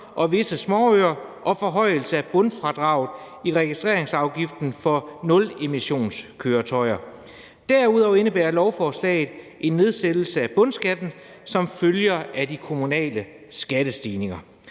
og visse småøer og forhøjelse af bundfradraget i registreringsafgiften for nulemissionskøretøjer. Derudover indebærer lovforslaget en nedsættelse af bundskatten, som følger af de kommunale skattestigninger.